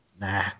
Nah